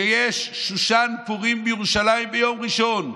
שיש שושן פורים בירושלים ביום ראשון,